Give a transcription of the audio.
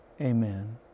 amen